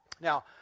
Now